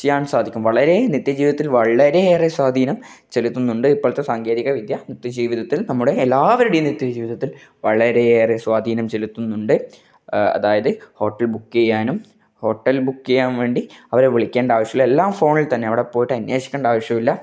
വളരെ നിത്യജീവിതത്തില് വളരെയേറെ സ്വാധീനം ചിലത്തുന്നുണ്ട് ഇപ്പോഴത്തെ സാങ്കേതികവിദ്യ നിത്യജീവിതത്തില് നമ്മളുടെ എല്ലാവരുടെയും ജീവിതത്തില് വളരെയേറെ സ്വാധീനം ചിലത്തുന്നുണ്ട് അതായത് ഹോട്ടല് ബുക്ക് ചെയ്യാനും ഹോട്ടല് ബുക്ക് ചെയ്യാന് വേണ്ടി അവരെ വിളിക്കണ്ട ആവശ്യമില്ല എല്ലാം ഫോണില് തന്നെ അവിടെ പോയിട്ട് അന്വേഷിക്കണ്ട ആവശ്യമില്ല